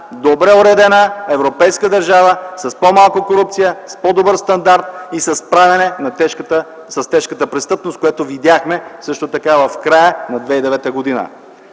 добре уредена европейска държава с по-малко корупция, с по-добър стандарт и със справяне с тежката престъпност, което видяхме също така в края на 2009 г.